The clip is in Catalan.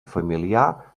familiar